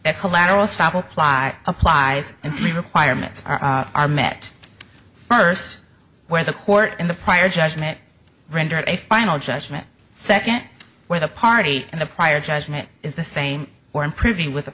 a lateral stop apply applies and the requirements are met first where the court in the prior judgment rendered a final judgment second where the party in the prior judgment is the same or improving with a